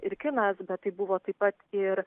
ir kinas bet tai buvo taip pat ir